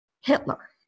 Hitler